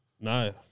no